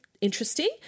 interesting